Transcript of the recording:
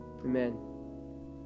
Amen